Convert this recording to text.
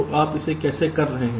तो आप इसे कैसे कर रहे हैं